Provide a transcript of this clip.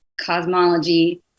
cosmology